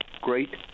great